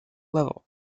level